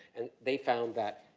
and they found that,